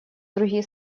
другие